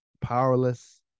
powerless